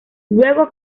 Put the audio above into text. luego